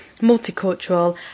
multicultural